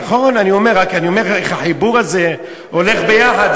נכון, רק אני אומר, איך החיבור הזה הולך יחד?